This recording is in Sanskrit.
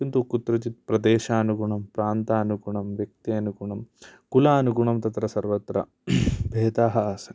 किन्तु कुत्रचित् प्रदेशानुगुणं प्रान्तानुगुणं व्यक्त्यनुगुणं कुलानुगुणं तत्र सर्वत्र भेदाः आसन्